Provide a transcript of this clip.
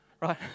right